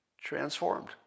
transformed